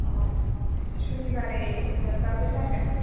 अ' सुनिबारै मोनबाबो जागोन